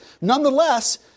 Nonetheless